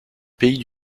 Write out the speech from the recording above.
pays